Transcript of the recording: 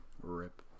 rip